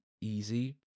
easy